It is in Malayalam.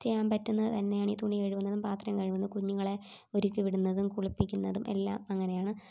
ചെയ്യാൻ പറ്റുന്നത് തന്നെ ആണ് ഈ തുണികഴുകുന്നതും പാത്രം കഴുകുന്നതും കുഞ്ഞുങ്ങളെ ഒരുക്കി വിടുന്നതും കുളിപ്പിക്കുന്നതും എല്ലാം അങ്ങനെയാണ്